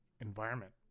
environment